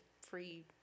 free